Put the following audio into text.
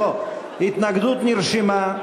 התנגדות נרשמה.